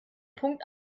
punkt